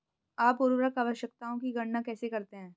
आप उर्वरक आवश्यकताओं की गणना कैसे करते हैं?